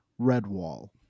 Redwall